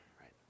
right